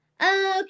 okay